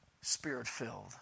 spirit-filled